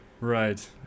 Right